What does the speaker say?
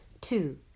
Two